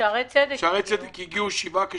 לשערי צדק הגיעו שבעה קשים,